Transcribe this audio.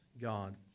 God